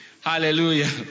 Hallelujah